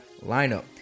lineup